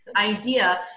idea